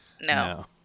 No